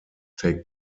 take